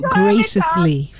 graciously